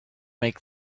make